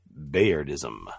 Bayardism